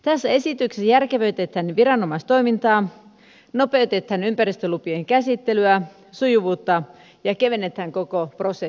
tässä esityksessä järkevöitetään viranomaistoimintaa nopeutetaan ympäristölupien käsittelyä sujuvuutta ja kevennetään koko prosessia